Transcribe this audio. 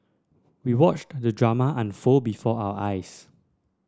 we watched the drama unfold before our eyes